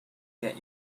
get